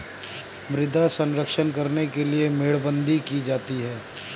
मृदा संरक्षण करने के लिए मेड़बंदी की जाती है